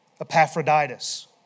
Epaphroditus